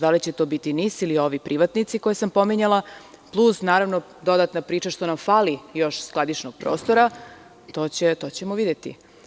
Da li će to biti NIS ili ovi privatnici koje sam pominjala, plus ona dodatna priča što nam fali još skladišnog prostora, to ćemo videti.